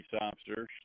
officers